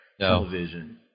television